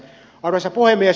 arvoisa puhemies